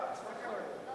נמנעים,